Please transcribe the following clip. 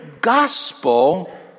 gospel